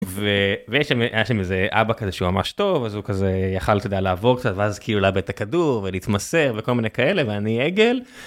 ויש שם, היה שם, איזה אבא כזה שהוא ממש טוב אז הוא כזה יכול לעבור קצת ואז כאילו לאבד את הכדור ולהתמסר וכל מיני כאלה ואני עגל.